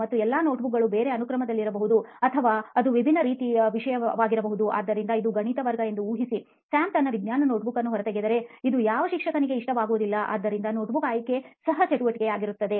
ಮತ್ತು ಎಲ್ಲಾ ನೋಟ್ಬುಕ್ಗಳು ಬೇರೆ ಅನುಕ್ರಮದಲ್ಲಿರಬಹುದು ಅಥವಾ ಅದು ವಿಭಿನ್ನ ರೀತಿಯಲ್ಲಿ ವಿಷಯವಾಗಿರಬಹುದು ಆದ್ದರಿಂದ ಇದು ಗಣಿತ ವರ್ಗ ಎಂದು ಊಹಿಸಿ ಸ್ಯಾಮ್ ತನ್ನ ವಿಜ್ಞಾನ ನೋಟ್ಬುಕ್ ಅನ್ನು ಹೊರತೆಗೆದರೆ ಇದು ಯಾವ ಶಿಕ್ಷಕನಿಗೆ ಇಷ್ಟವಾಗುವುದಿಲ್ಲಾಆದ್ದರಿಂದ ನೋಟ್ಬುಕ್ ಆಯ್ಕೆ ಸಹ ಚಟುವಟಿಕೆಯಾಗುತ್ತದೆ